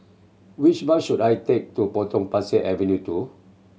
which bus should I take to Potong Pasir Avenue Two